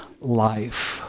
life